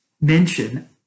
mention